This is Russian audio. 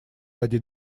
один